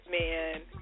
man